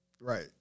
Right